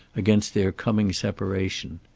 against their coming separation.